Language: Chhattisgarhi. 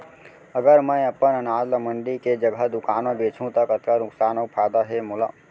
अगर मैं अपन अनाज ला मंडी के जगह दुकान म बेचहूँ त कतका नुकसान अऊ फायदा हे मोला?